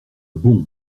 bon